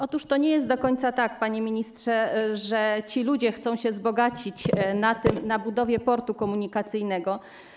Otóż to nie jest do końca tak, panie ministrze, że ci ludzie chcą się wzbogacić na budowie portu komunikacyjnego.